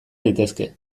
daitezke